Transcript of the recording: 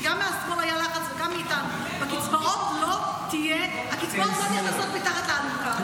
כי גם מהשמאל היה לחץ וגם מאיתנו: הקצבאות לא נכנסות מתחת לאלונקה.